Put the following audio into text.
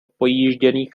pojížděných